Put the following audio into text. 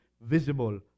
visible